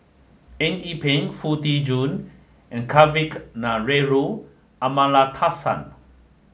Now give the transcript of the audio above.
eng Yee Peng Foo Tee Jun and Kavignareru Amallathasan